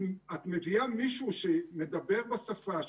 אם את מביאה מישהו שמדבר בשפה,